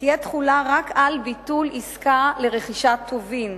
תהא תחולה רק על ביטול עסקה לרכישת טובין,